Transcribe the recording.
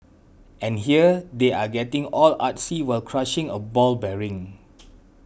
and here they are getting all artsy while crushing a ball bearing